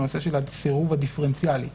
הנושא של הסירוב הדיפרנציאלי.